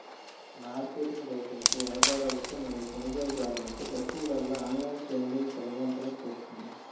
market రైతులకు, వ్యాపారులకు మరియు కొనుగోలుదారులకు వస్తువులలో ఆన్లైన్ ట్రేడింగ్ను సులభతరం చేస్తుంది